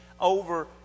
over